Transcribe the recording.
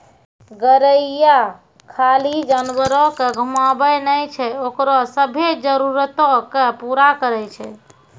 गरेरिया खाली जानवरो के घुमाबै नै छै ओकरो सभ्भे जरुरतो के पूरा करै छै